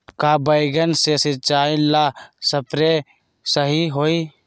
का बैगन के सिचाई ला सप्रे सही होई?